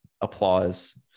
applause